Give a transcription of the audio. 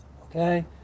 okay